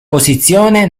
posizione